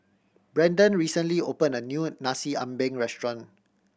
Brenden recently opened a new Nasi Ambeng restaurant